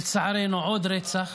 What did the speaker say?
לצערנו, הוא עוד רצח,